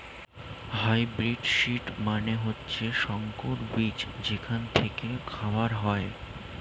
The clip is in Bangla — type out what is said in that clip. হাইব্রিড সিড মানে হচ্ছে সংকর বীজ যেখান থেকে খাবার হয়